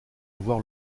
voir